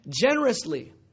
generously